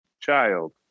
child